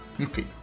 okay